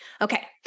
Okay